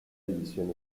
división